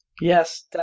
Yes